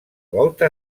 volta